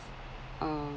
uh